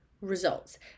results